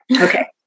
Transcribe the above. Okay